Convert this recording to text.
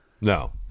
No